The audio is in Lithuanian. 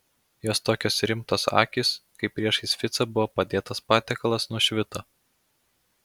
jos tokios rimtos akys kai priešais ficą buvo padėtas patiekalas nušvito